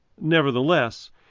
Nevertheless